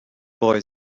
boy